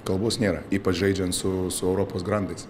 kalbos nėra ypač žaidžiant su su europos grandais